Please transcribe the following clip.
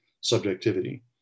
subjectivity